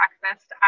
breakfast